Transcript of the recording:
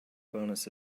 bonus